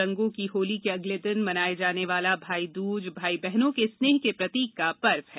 रंगों की होली के अगले दिन मनाये जाने वाला भाई दूज भाई बहनों के स्नेह के प्रतीक का पर्व है